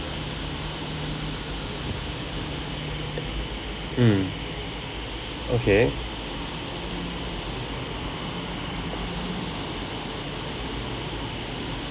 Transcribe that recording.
mm okay